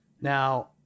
Now